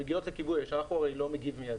שמגיעות לכיבוי אש אנחנו הרי לא מגיב מידית.